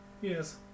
yes